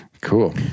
Cool